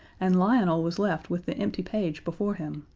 and lionel was left with the empty page before him,